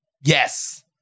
Yes